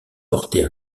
porter